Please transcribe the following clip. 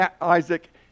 Isaac